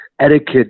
etiquette